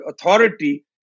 authority